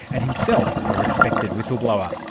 and himself a respected whistleblower.